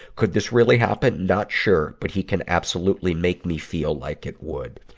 could this really happen? not sure, but he can absolutely make me feel like it would.